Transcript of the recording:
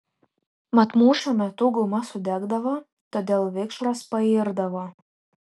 mat mūšio metu guma sudegdavo todėl vikšras pairdavo